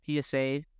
PSA